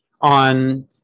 on